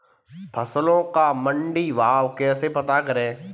फसलों का मंडी भाव कैसे पता करें?